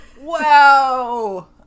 Wow